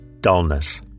Dullness